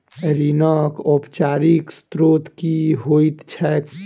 ऋणक औपचारिक स्त्रोत की होइत छैक?